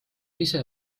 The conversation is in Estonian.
ise